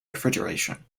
refrigeration